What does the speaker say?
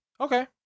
Okay